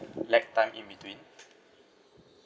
lag time in between